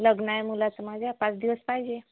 लग्न आहे मुलाचं माझ्या पाच दिवस पाहिजे